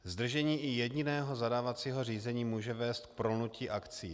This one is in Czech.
Zdržení i jediného zadávacího řízení může vést k prolnutí akcí.